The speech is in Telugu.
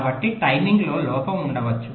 కాబట్టి టైమింగ్లో లోపం ఉండవచ్చు